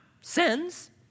sends